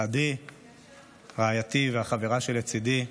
עדי רעייתי והחברה שלצידי,